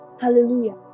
Hallelujah